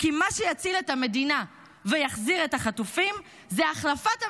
"מה שיציל את המדינה ויחזיר את החטופים זה החלפת הממשלה.